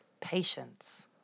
patience